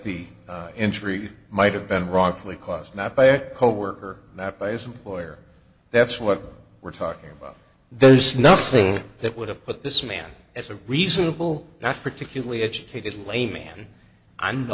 injury might have been wrongfully caused not by a coworker that by his employer that's what we're talking about there's nothing that would have put this man as a reasonable not particularly educated lame man i